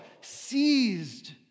seized